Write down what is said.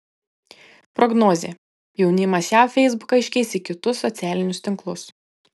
prognozė jaunimas jav feisbuką iškeis į kitus socialinius tinklus